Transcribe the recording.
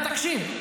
תקשיב,